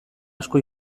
asko